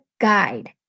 guide